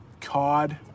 Cod